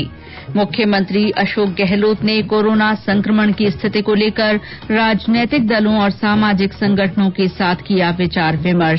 ्म मुख्यमंत्री अशोक गहलोत ने कोरोना संक्रमण की स्थिति को लेकर राजनैतिक दलों और सामाजिक संगठनों के साथ किया विचार विमर्श